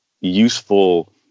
useful